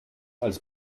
als